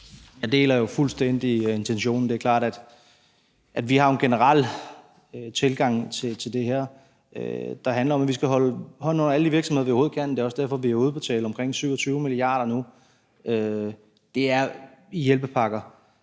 Jeg deler jo fuldstændig intentionen. Det er klart, at vi jo har en generel tilgang til det her, der handler om, at vi skal holde hånden under alle de virksomheder, vi overhovedet kan. Det er også derfor, vi har udbetalt omkring 27 mia. kr. nu i hjælpepakker.